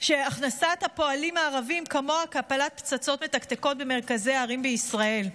הפועלים הערבים כמוה כהפלת פצצות מתקתקות במרכזי הערים בישראל.